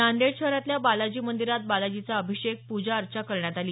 नांदेड शहरातल्या बालाजी मंदीरात बालाजीचा अभिषेक पुजाअर्चा करण्यात आली